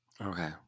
Okay